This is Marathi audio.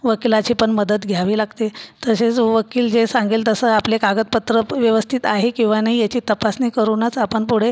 वकिलाची पण मदत घ्यावी लागते तसेच वकील जे सांगेल तसं आपले कागदपत्र व्यवस्थित आहे किंवा नाही याची तपासणी करूनच आपण पुढे